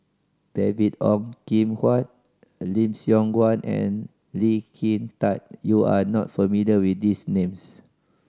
David Ong Kim Huat Lim Siong Guan and Lee Kin Tat you are not familiar with these names